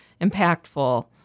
impactful